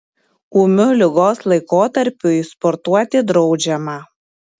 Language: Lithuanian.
ūmiu ligos laikotarpiui sportuoti draudžiama